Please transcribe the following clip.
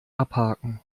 abhaken